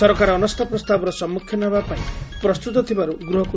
ସରକାର ଅନାସ୍ଥା ପ୍ରସ୍ତାବର ସମ୍ମୁଖୀନ ହେବାପାଇଁ ପ୍ରସ୍ତୁତ ଥିବାରୁ ଗୃହକୁ